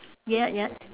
ya ya